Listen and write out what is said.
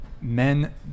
men